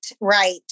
right